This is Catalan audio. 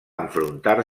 enfrontar